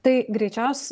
tai greičiaus